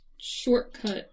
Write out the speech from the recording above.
Shortcut